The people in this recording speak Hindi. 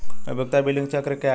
उपयोगिता बिलिंग चक्र क्या है?